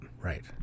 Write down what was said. Right